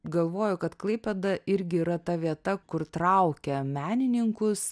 galvoju kad klaipėda irgi yra ta vieta kur traukia menininkus